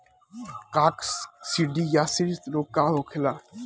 काकसिडियासित रोग का होखेला?